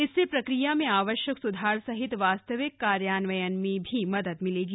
इससे प्रक्रिया में आवश्यक सुधार सहित वास्तविक कार्यान्वयन में भी मदद मिलेगी